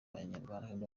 abanyarwanda